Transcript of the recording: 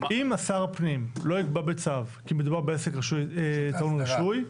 אם שר הפנים לא יקבע בצו כי מדובר בעסק טעון רישוי,